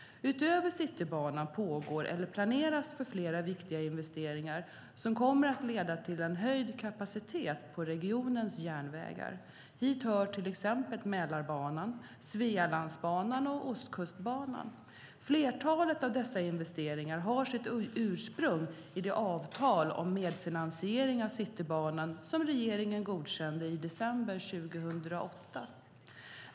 Utöver Citybanan pågår eller planeras flera viktiga investeringar som kommer att leda till höjd kapacitet på regionens järnvägar. Hit hör till exempel Mälarbanan, Svealandsbanan och Ostkustbanan. Flertalet av dessa investeringar har sitt ursprung i det avtal om medfinansiering av Citybanan som regeringen godkände i december 2008.